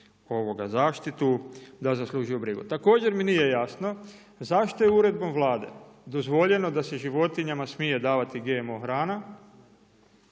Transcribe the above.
zaštitu, da zaslužuju brigu. Također mi nije jasno zašto je uredbom Vlade dozvoljeno da se životinjama smije davati GMO hrana.